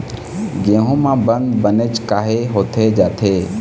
गेहूं म बंद बनेच काहे होथे जाथे?